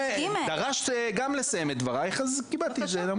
דרשת גם לסיים את דברייך, אז כיבדתי את זה.